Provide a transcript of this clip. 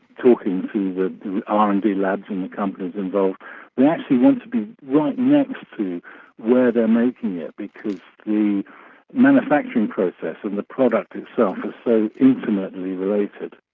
talking to the r and d labs in the companies involved, they actually want to be right next to where they're making it, because the manufacturing process and product itself are so intimately related.